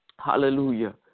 Hallelujah